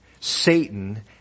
Satan